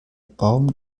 baum